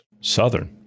southern